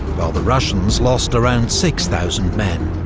while the russians lost around six thousand men.